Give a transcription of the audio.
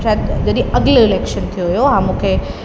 शायदि जॾहिं अॻले इलेक्शन थियो हुओ ऐं मूंखे